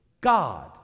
God